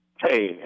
Hey